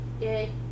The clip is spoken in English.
Yay